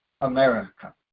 America